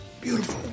Beautiful